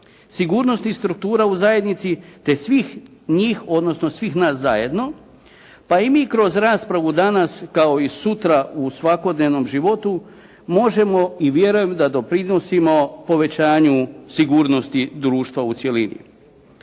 sigurnost i struktura u zajednici, te svih njih, odnosno svih nas zajedno, pa i mi kroz raspravu danas kao i sutra u svakodnevnom životu možemo i vjerujemo da doprinosimo povećanju No nismo sigurni je li